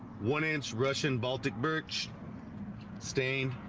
one inch russian baltic birch stained